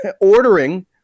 ordering